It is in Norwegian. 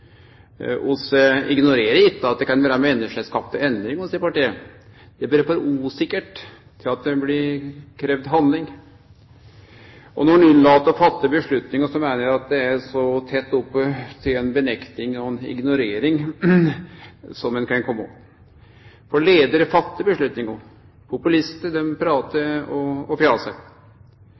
at det er for usikkert til at det blir kravt handling. Og når ein unnlèt å ta avgjerder, meiner eg det er så tett opp til ei nekting og ei ignorering som ein kan komme. Populistane pratar og fjasar. Eg har jo registrert at partiet på